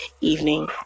evening